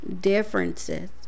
differences